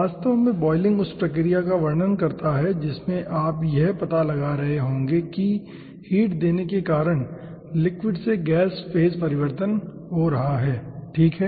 वास्तव में बॉयलिंग उस प्रक्रिया का वर्णन करता है जिसमें आप यह पता लगा रहे होंगे कि हीट देने के कारण लिक्विड से गैस फेज परिवर्तन हो रहा है ठीक है